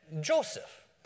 Joseph